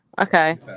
Okay